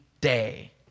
day